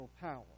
power